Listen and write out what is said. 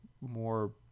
more